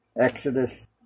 Exodus